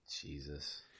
Jesus